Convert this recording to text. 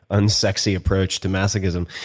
unsexy approach to masochism.